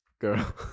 girl